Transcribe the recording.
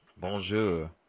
Bonjour